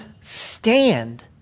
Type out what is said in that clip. stand